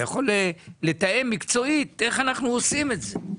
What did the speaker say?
אתה יכול לתאם מקצועית איך אנחנו עושים את זה,